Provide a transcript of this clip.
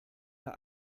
der